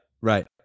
right